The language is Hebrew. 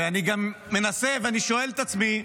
ואני גם מנסה, ואני שואל את עצמי,